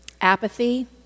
Apathy